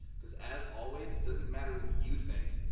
because as always it doesn't matter what you think.